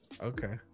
Okay